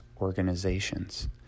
organizations